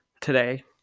today